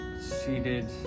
seated